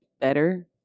better